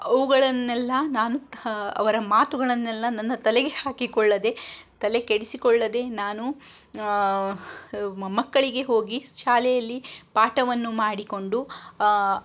ಅವುಗಳನ್ನೆಲ್ಲ ನಾನು ಥ ಅವರ ಮಾತುಗಳನ್ನೆಲ್ಲ ನನ್ನ ತಲೆಗೆ ಹಾಕಿಕೊಳ್ಳದೆ ತಲೆ ಕೆಡಿಸಿಕೊಳ್ಳದೆ ನಾನು ಮಕ್ಕಳಿಗೆ ಹೋಗಿ ಶಾಲೆಯಲ್ಲಿ ಪಾಠವನ್ನು ಮಾಡಿಕೊಂಡು